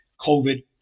COVID